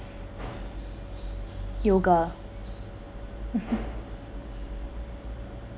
yoga